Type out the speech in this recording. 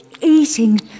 eating